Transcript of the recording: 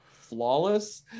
flawless